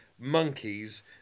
monkeys